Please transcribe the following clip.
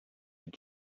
did